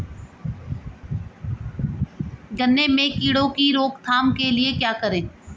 गन्ने में कीड़ों की रोक थाम के लिये क्या करें?